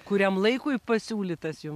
kuriam laikui pasiūlytas jum